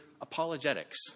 apologetics